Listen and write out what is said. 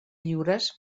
lliures